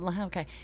Okay